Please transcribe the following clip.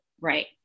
Right